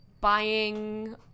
Buying